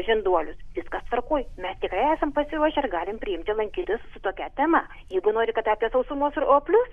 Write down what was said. žinduolius viskas tvarkoj mes tikrai esam pasiruošę ir galime priimti lankytojus su tokia tema jeigu nori kad apie sausumos roplius